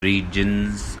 regions